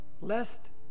Lest